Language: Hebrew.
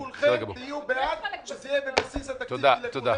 בטוח שכולכם תהיו בעד שזה יהיה בבסיס התקציב לכולם.